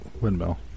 windmill